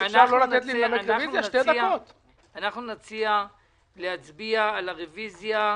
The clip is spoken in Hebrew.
נצביע על הרביזיה.